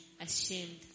ashamed